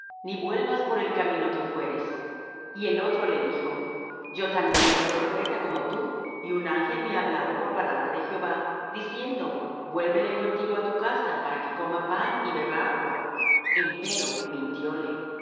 ni vuelvas por el camino que fueres y el otro le dijo yo también soy profeta como tú y un ángel me ha hablado por palabra de jehová diciendo vuélvele contigo á tu casa para que coma pan y beba agua empero mintióle